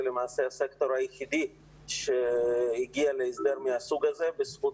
זה למעשה הסקטור היחידי שהגיע להסדר מהסוג הזה בזכות